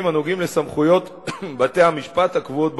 הנוגעים לסמכויות בתי-המשפט הקבועות בחוק.